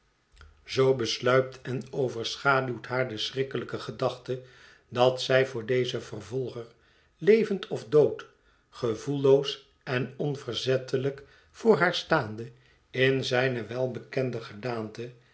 zoo besluipt en overschaduwt haar de schrikkelijke gedachte dat zij voor dezen vervolger levend of dood gevoelloos en onverzettelijk voor haar staande in zijne welbekende gedaante